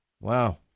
Wow